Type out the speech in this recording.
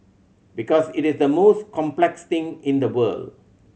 because it is the most complex thing in the world